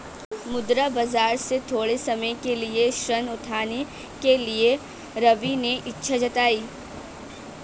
मुद्रा बाजार से थोड़े समय के लिए ऋण उठाने के लिए रवि ने इच्छा जताई